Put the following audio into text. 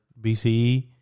BCE